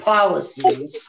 Policies